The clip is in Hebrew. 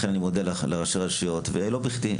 לכן אני מודה לראשי רשויות ולא בכדי,